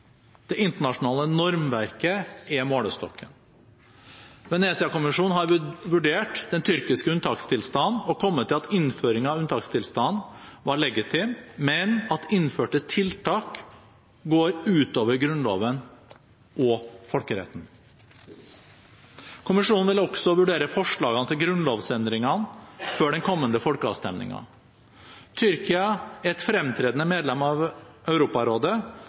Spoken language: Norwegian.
det internasjonale normverket er målestokken. Venezia-kommisjonen har vurdert den tyrkiske unntakstilstanden og kommet til at innføringen av unntakstilstanden var legitim, men at innførte tiltak går utover Grunnloven og folkeretten. Kommisjonen vil også vurdere forslagene til grunnlovsendringene før den kommende folkeavstemningen. Tyrkia er et fremtredende medlem av Europarådet,